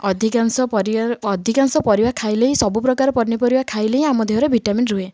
ଅଧିକାଂଶ ପରିବା ଅଧିକାଂଶ ପରିବା ଖାଇଲେ ହିଁ ସବୁ ପ୍ରକାର ପନିପରିବା ଖାଇଲେ ହିଁ ଆମ ଦେହରେ ଭିଟାମିନ ରୁହେ